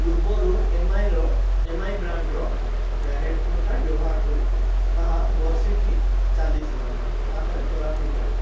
ପୂର୍ବରୁ ଏମ୍ଆଇର M I ବ୍ରାଣ୍ଡର ହେଡ଼୍ଫୋନ୍ଟା ବ୍ୟବହାର କରୁଥିଲି ତାହା ବର୍ଷେଟିଏ ଚାଲିଥିଲା ମୋର ତା'ପରେ ଖରାପ ହେଇଗଲା